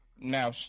Now